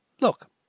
Look